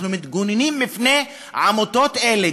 אנחנו מתגוננים מפני עמותות אלה,